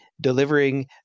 delivering